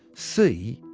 see,